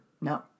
No